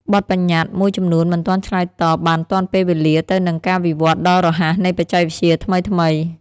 បទប្បញ្ញត្តិមួយចំនួនមិនទាន់ឆ្លើយតបបានទាន់ពេលវេលាទៅនឹងការវិវត្តដ៏រហ័សនៃបច្ចេកវិទ្យាថ្មីៗ។